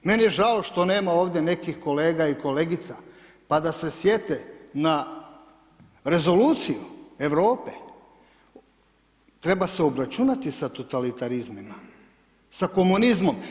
Meni je žao što nema ovdje nekih kolega i kolegica pa da se sjete na rezoluciju Europe, treba se obračunati sa totalitarizmima, sa komunizmom.